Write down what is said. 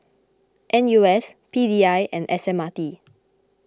N U S P D I and S M R T